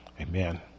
Amen